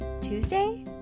Tuesday